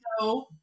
no